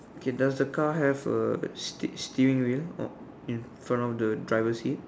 okay does the car have a steer~ steering wheel or in front of the driver seat